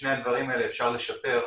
לא אומרת,